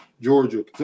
Georgia